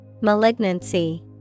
Malignancy